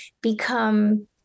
become